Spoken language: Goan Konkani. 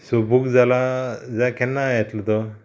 सो बूक जाला जाल्यार केन्ना येतलो तो